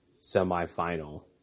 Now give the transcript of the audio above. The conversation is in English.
semifinal